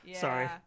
Sorry